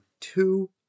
two